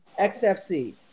XFC